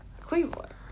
Cleveland